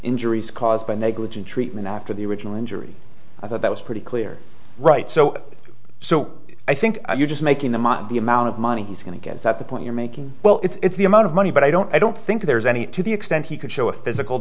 injuries caused by negligent treatment after the original injury i thought that was pretty clear right so so i think you're just making them up the amount of money he's going to get is that the point you're making well it's the amount of money but i don't i don't think there's any to the extent he could show a physical